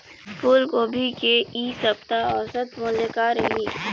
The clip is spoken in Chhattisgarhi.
फूलगोभी के इ सप्ता औसत मूल्य का रही?